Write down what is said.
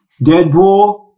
Deadpool